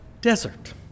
desert